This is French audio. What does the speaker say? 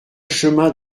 chemin